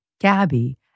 Gabby